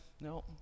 No